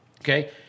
Okay